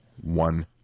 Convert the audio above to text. One